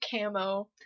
camo